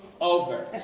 over